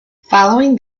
following